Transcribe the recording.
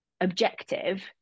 objective